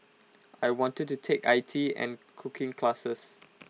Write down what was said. I want to take I T and cooking classes